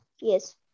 Yes